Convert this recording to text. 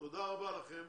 תודה רבה לכם,